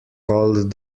called